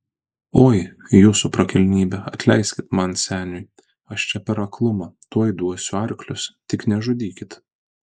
oi jūsų prakilnybe atleiskit man seniui aš čia per aklumą tuoj duosiu arklius tik nežudykit